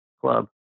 club